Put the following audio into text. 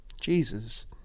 Jesus